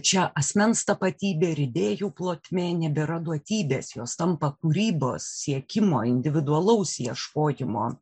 čia asmens tapatybė ir idėjų plotmė nebėra duotybės jos tampa kūrybos siekimo individualaus ieškojimo